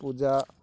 ପୂଜା